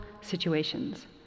situations